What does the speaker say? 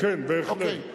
בהחלט,